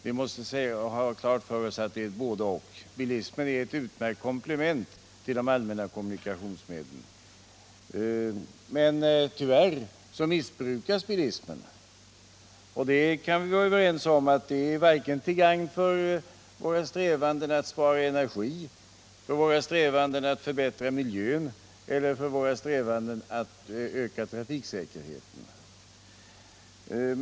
Vi måste ha klart för oss att 19 det är fråga om både-och. Bilismen är ett utmärkt komplement till de allmänna kommunikationsmedlen, men tyvärr missbrukas den. Vi kan vara överens om att det inte är till gagn vare sig för våra strävanden att spara energi, för våra strävanden att förbättra miljön eller för våra strävanden att öka trafiksäkerheten.